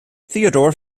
theodore